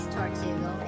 Tortugo